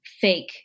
fake